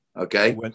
Okay